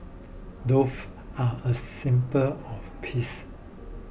dove are a symbol of peace